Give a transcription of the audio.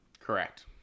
Correct